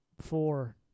four